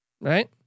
Right